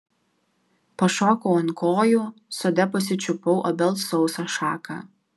pašokau ant kojų sode pasičiupau obels sausą šaką